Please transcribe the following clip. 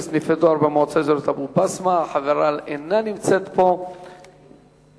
השר, ארבעה בעד, אין מתנגדים, אין נמנעים.